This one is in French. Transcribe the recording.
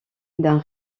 d’un